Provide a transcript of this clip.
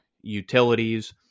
utilities